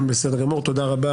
תודה רבה.